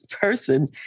person